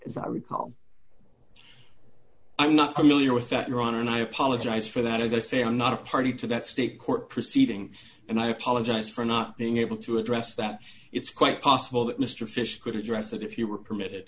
if i recall i'm not familiar with that your honor and i apologize for that as i say i'm not a party to that state court proceeding and i apologize for not being able to address that it's quite possible that mister fish could address that if you were permitted